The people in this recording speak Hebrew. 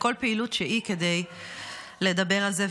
בכל פעילות שהיא כדי לדבר על זה,